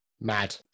Mad